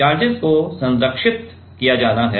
अब चार्जेज को संरक्षित किया जाना है